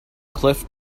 cliff